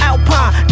Alpine